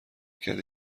کردی